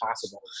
possible